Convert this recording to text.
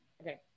okay